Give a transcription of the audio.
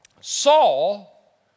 Saul